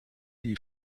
die